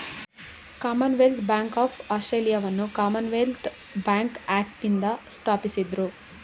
Commonwealth bank of ಆಸ್ಟ್ರೇಲಿಯಾವನ್ನ Commonwealth bank ಆಕ್ಟ್ನಿಂದ ಸ್ಥಾಪಿಸಿದ್ದ್ರು